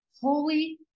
holy